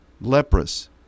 leprous